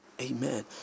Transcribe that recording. Amen